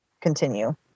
continue